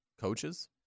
coaches